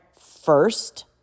first